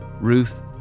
Ruth